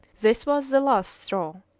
this was the last straw.